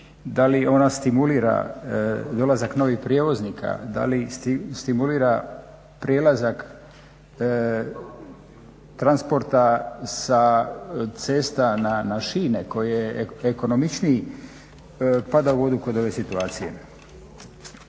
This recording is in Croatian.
da li ona stimulira dolazak novih prijevoznika, da li stimulira prelazak transporta sa cesta na šine koji je ekonomičniji, pada u vodu kod ove situacije.